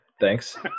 Thanks